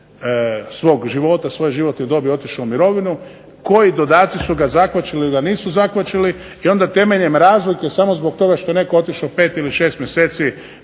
svog života, svoje životne dobi otišao u mirovinu, koji dodaci su ga zakvačili ili ga nisu zakvačili. I onda temeljem razlike samo zbog toga što je netko otišao pet ili šest mjeseci